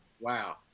wow